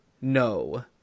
no